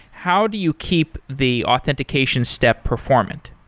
how do you keep the authentication step performant?